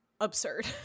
absurd